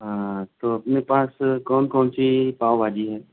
ہاں تو اپنے پاس کون کون سی پاؤ بھاجی ہے